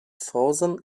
frozen